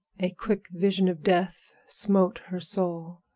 a quick vision of death smote her soul,